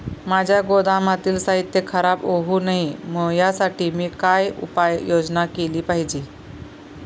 माझ्या गोदामातील साहित्य खराब होऊ नये यासाठी मी काय उपाय योजना केली पाहिजे?